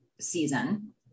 season